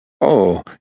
Oh